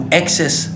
access